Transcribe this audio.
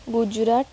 Gujarat